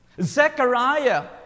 Zechariah